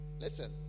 Listen